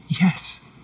Yes